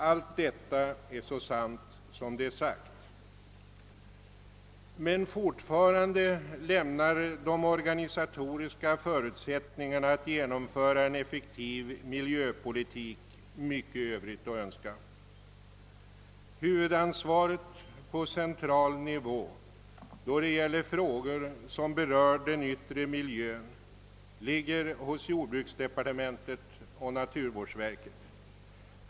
Allt detta är så sant som det är sagt, men fortfarande lämnar de organisatoriska förutsättningarna för att genomföra en effektiv miljöpolitik mycket övrigt att önska. Huvudansvaret på central nivå för frågor som berör den yttre miljön ligger hos jordbruksdepartementet och naturvårdsverket.